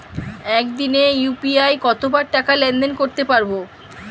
একদিনে ইউ.পি.আই কতবার টাকা লেনদেন করতে পারব?